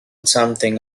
something